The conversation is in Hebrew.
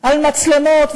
על מצלמות,